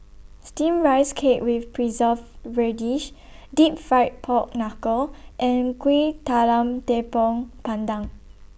Steamed Rice Cake with Preserved Radish Deep Fried Pork Knuckle and Kuih Talam Tepong Pandan